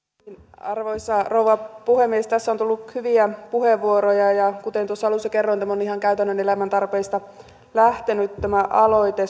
arvoisa rouva puhemies tässä on tullut hyviä puheenvuoroja ja kuten tuossa alussa kerroin tämä aloite on ihan käytännön elämän tarpeista lähtenyt